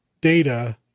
data